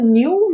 new